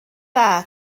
dda